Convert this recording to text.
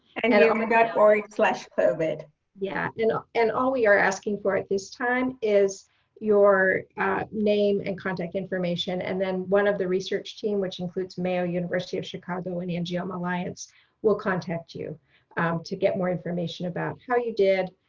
dot um ah dot org slash covid yeah you know and all we are asking for at this time is your name and contact information and then one of the research team which includes mayo, university of chicago, and angioma alliance will contact you to get more information about how you did,